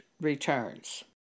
returns